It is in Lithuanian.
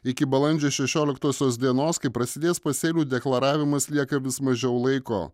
iki balandžio šešioliktosios dienos kai prasidės pasėlių deklaravimas lieka vis mažiau laiko